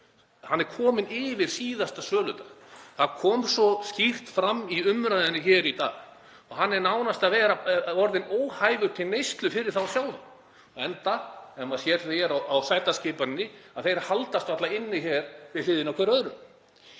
Hann er kominn yfir síðasta söludag. Það kom svo skýrt fram í umræðunni hér í dag. Hann er nánast að verða orðinn óhæfur til neyslu fyrir þá sjálfa, enda sér maður hér á sætaskipaninni að þeir haldast varla hér inni við hliðina á hver öðrum.